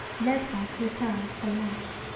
read her with her for less.